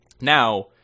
Now